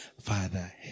Father